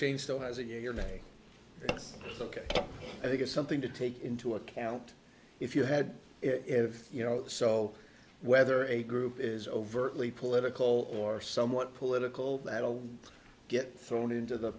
chain still has a you hear me ok i think it's something to take into account if you had if you know so whether a group is overtly political or somewhat political that will get thrown into the